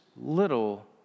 little